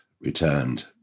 returned